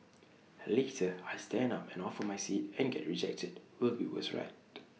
later I stand up and offer my seat and get rejected will be worse right